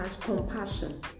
compassion